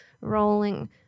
rolling